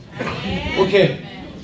Okay